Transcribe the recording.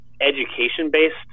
education-based